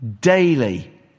Daily